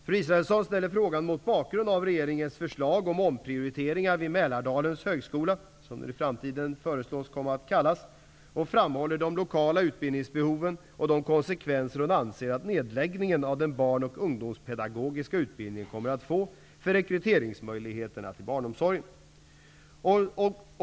Fru Israelsson ställer frågan mot bakgrund av regeringens förslag om omprioriteringar vid Mälardalens högskola, som den föreslås att komma och kallas i framtiden, och framhåller de lokala utbildningsbehoven och de konsekvenser hon anser att nedläggningen av den barnoch ungdomspedagogiska utbildningen kommer att få för rekryteringsmöjligheterna till barnomsorgen.